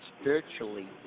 spiritually